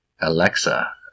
Alexa